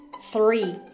three